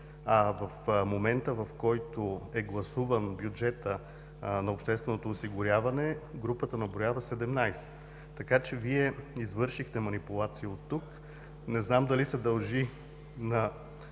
а в момента, в който е гласуван бюджетът на общественото осигуряване, групата наброява 17. Така че Вие извършихте манипулация оттук. Не знам дали се дължи на